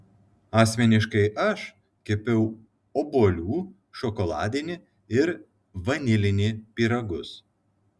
asmeniškai aš kepiau obuolių šokoladinį ir vanilinį pyragus